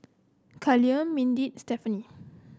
Callum Mindi Stephanie